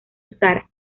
usar